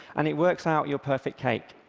and it works out your perfect cake.